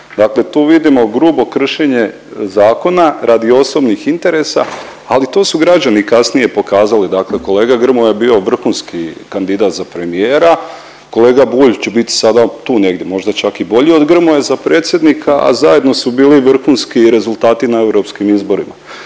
tu vidimo grubo kršenja zakona radi osobnih interesa, ali to su građani kasnije pokazali. Dakle, kolega Grmoja je bio vrhunski kandidat za premijera, kolega Bulj će bit sada tu negdje možda čak i bolji od Grmoje za predsjednika, a zajedno su bili vrhunski i rezultati na europskim izborima.